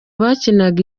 bakinaga